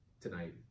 tonight